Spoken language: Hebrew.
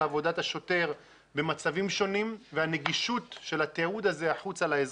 עבודת השוטר במצבים שונים והנגישות של התיעוד הזה החוצה לאזרחים.